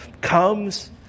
comes